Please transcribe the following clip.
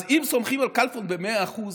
אז אם סומכים על כלפון במאה אחוז,